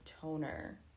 toner